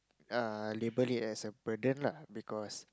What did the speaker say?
uh label it as a burden lah because